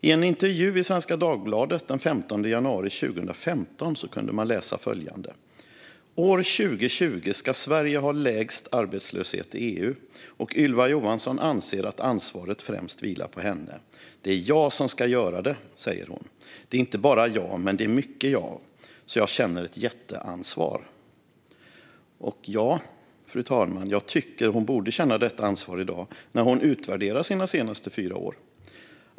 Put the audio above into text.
I en intervju i Svenska Dagbladet den 15 januari 2015 kunde man läsa följande: "År 2020 ska Sverige ha lägst arbetslöshet i EU, och Ylva Johansson anser att ansvaret främst vilar på henne. 'Det är jag som ska göra det,' säger hon. 'Det är inte bara jag, men det är mycket jag. Så jag känner ett jätteansvar'." Ja, jag tycker att hon borde känna detta ansvar i dag när hon utvärderar sina senaste fyra år.